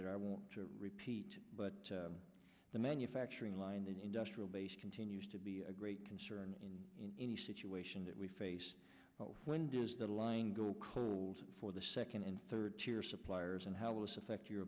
that i won't repeat but the manufacturing line that industrial base continues to be a great concern in any situation that we face when does the line go cold for the second and third tier suppliers and how will it affect your